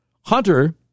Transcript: Hunter